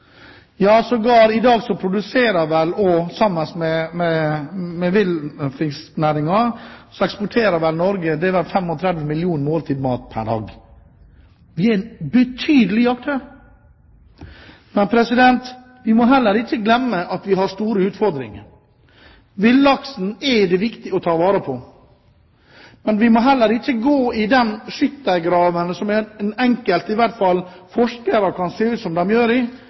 i dag eksporterer Norge, sammen med villfisknæringen, vel 25 millioner måltider mat pr. dag. Vi er en betydelig aktør. Men vi må heller ikke glemme at vi har store utfordringer. Villaksen er det viktig å ta vare på, men vi må heller ikke gå i den fella som enkelte – i hvert fall forskere – ser ut til å gjøre, nemlig at absolutt slik skal det være, ut fra deres synspunkt. Og så er man ikke interessert i